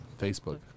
Facebook